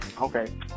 Okay